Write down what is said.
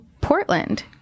Portland